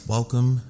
Welcome